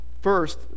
First